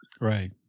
right